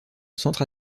centre